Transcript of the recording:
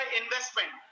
investment